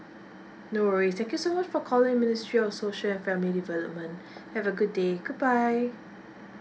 no worries thank you so much for calling ministry of social and family development have a good day goodbye